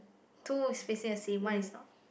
two is facing the same one is not